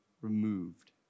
removed